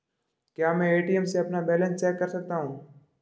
क्या मैं ए.टी.एम में अपना बैलेंस चेक कर सकता हूँ?